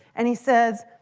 and he says,